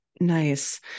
Nice